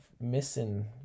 missing